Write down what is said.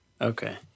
Okay